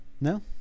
No